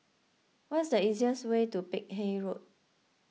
what is the easiest way to Peck Hay Road